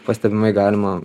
pastebimai galima